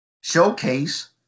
showcase